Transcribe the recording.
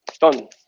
Done